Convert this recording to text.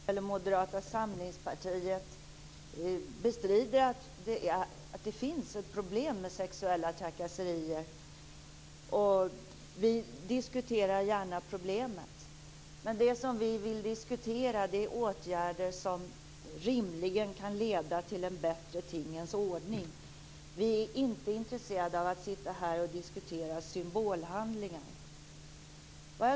Herr talman! Det är inte alls så, Hans Andersson, att jag själv eller Moderata samlingspartiet bestrider att det finns ett problem med sexuella trakasserier. Vi diskuterar gärna det problemet men vad vi vill diskutera är åtgärder som rimligen kan leda till en bättre tingens ordning. Vi är inte intresserade av att sitta här och diskutera symbolhandlingar.